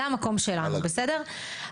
זה המקום שלנו, בסדר?